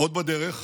עוד בדרך,